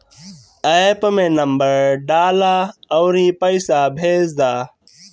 app में number डालअ अउरी पईसा भेज दअ